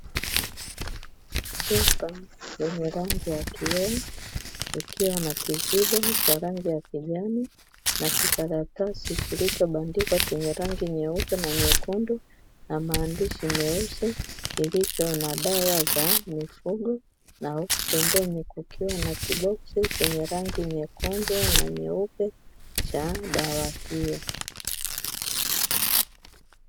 Chupa yenye rangi ya kioo ikiwa na kizibo cha rangi ya kijani na kikaratasi kilichobandikwa chenye rangi nyeupe na nyekundu na maandishi meusi, kilicho na dawa za mifugo na pembeni kukiwa na kiboksi chenye rangi nyekundu na nyeupe cha dawa hiyo.